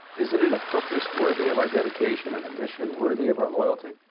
isn't it a purpose worthy of our dedication and a mission worthy of our loyalty?